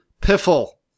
Piffle